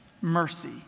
mercy